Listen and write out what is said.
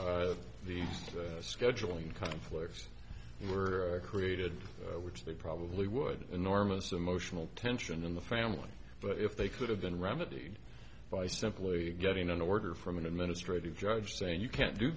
the scheduling conflicts were created which they probably would enormous emotional tension in the family but if they could have been remedied by simply getting an order from an administrative judge saying you can't do